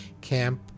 camp